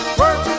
work